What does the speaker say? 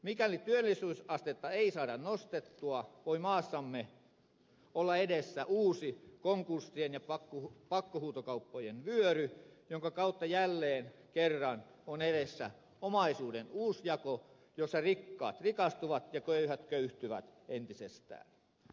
mikäli työllisyysastetta ei saada nostettua voi maassamme olla edessä uusi konkurssien ja pakkohuutokauppojen vyöry jonka kautta jälleen kerran on edessä omaisuuden uusjako jossa rikkaat rikastuvat ja köyhät köyhtyvät entisestään